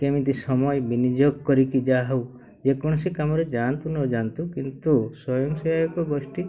କେମିତି ସମୟ ବିନିଯୋଗ କରିକି ଯାହା ହଉ ଯେ କୌଣସି କାମରେ ଯାଆନ୍ତୁ ନଯାଆନ୍ତୁ କିନ୍ତୁ ସ୍ଵୟଂ ସହାୟକ ଗୋଷ୍ଠୀ